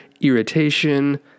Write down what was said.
irritation